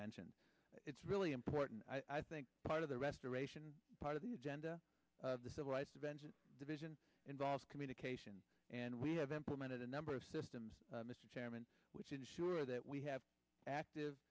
mentioned it's really important i think part of the restoration part of the agenda of the civil rights events and division involves communication and we have implemented a number of systems mr chairman which ensure that we have active